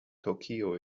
tokyo